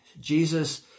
Jesus